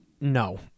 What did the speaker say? no